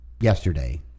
yesterday